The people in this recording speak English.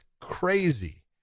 crazy